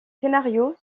scénarios